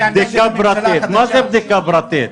לבדיקות פרטיות.